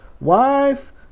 wife